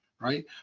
right